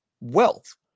wealth